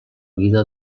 vida